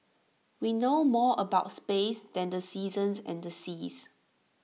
we know more about space than the seasons and the seas